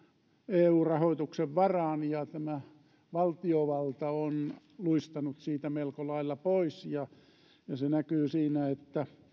eu rahoituksen varaan ja tämä valtiovalta on luistanut siitä melko lailla pois se näkyy siinä että